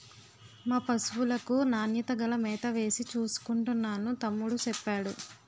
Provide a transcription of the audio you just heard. మా పశువులకు నాణ్యత గల మేతవేసి చూసుకుంటున్నాను తమ్ముడూ సెప్పేడు